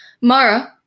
Mara